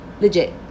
Legit